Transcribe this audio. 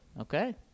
Okay